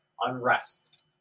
unrest